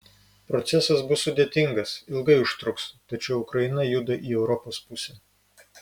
procesas bus sudėtingas ilgai užtruks tačiau ukraina juda į europos pusę